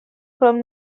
from